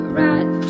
right